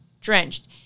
drenched